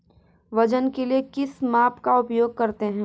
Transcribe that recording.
वजन के लिए किस माप का उपयोग करते हैं?